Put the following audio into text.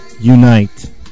unite